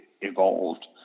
evolved